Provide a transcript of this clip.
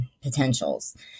potentials